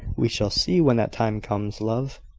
we shall see when that time comes, love.